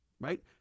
right